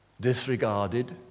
disregarded